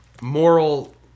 moral